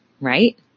right